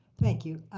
thank you.